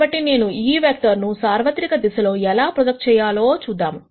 కాబట్టి నేను ఈ వెక్టర్ ను సార్వత్రిక దిశలో ఎలా ప్రొజెక్ట్ చేయాలో చూద్దాము